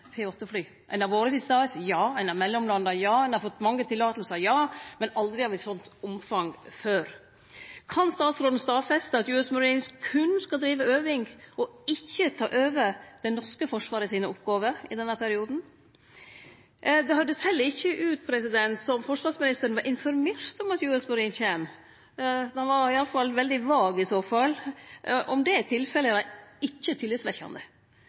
Ein har vore til stades – ja, ein har mellomlanda – ja, ein har fått mange tillatingar – ja, men aldri før av eit slikt omfang. Kan statsråden stadfeste at U.S. Marines berre skal drive med øving og ikkje ta over det norske forsvarets oppgåver i denne perioden? Det høyrdest heller ikkje ut som om forsvarsministeren var informert om at U.S. Marines kjem. Han var i alle fall veldig vag. Om det er tilfellet, er det ikkje